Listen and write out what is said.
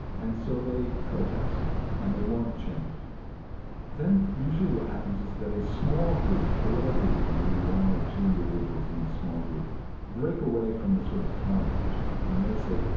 and so they protest and they want change then usually what happens is that a small group, for whatever reason, maybe one or two individuals in this small group break away from this sort of counterculture and they say,